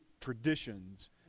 traditions